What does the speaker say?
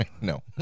No